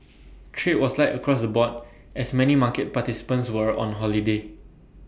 trade was light across the board as many market participants were on holiday